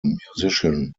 musician